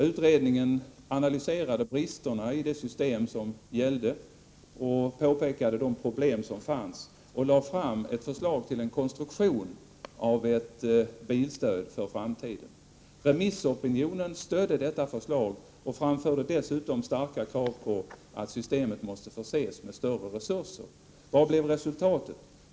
Utredningen analyserade bristerna i det system som gällde, påpekade de problem som finns och lade fram ett förslag till konstruktion av ett bilstöd för framtiden. Remissopinionen stödde detta förslag och framförde starka krav på att systemet måste förses med större resurser. Vad blev resultatet?